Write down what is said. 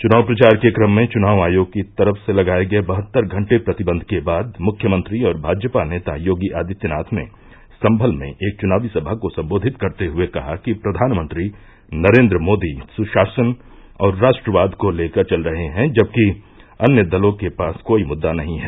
चुनाव प्रचार के क्रम में चुनाव आयोग की तरफ से लगाये गये बहत्तर घंटे प्रतिबंध के बाद मुख्यमंत्री और भाजपा नेता योगी आदित्यनाथ ने सम्मल में एक चुनावी सभा को सम्बोधित करते हुये कहा कि प्रवानमंत्री नरेन्द्र मोदी सुशासन और राष्ट्रवाद को लेकर चल रहे हैं जबकि अन्य दलों के पास कोई मुद्ददा नही है